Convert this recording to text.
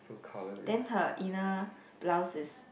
then her inner blouse is